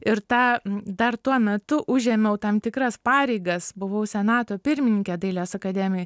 ir tą dar tuo metu užėmiau tam tikras pareigas buvau senato pirmininkė dailės akademijoj